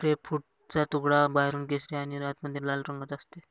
ग्रेपफ्रूटचा तुकडा बाहेरून केशरी आणि आतमध्ये लाल रंगाचा असते